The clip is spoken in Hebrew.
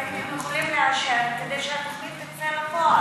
אבל 50 מיליון שקל הייתם יכולים לאשר כדי שהתוכנית תצא לפועל.